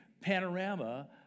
panorama